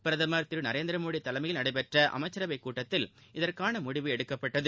பிரதமர் திரு நரேந்திரமோடி தலைமையில் நடைபெற்ற அமைச்சரவை கூட்டத்தில் இதற்கான முடிவு எடுக்கப்பட்டது